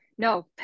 No